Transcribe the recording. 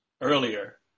earlier